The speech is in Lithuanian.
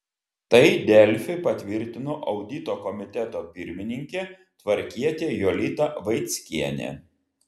tai delfi patvirtino audito komiteto pirmininkė tvarkietė jolita vaickienė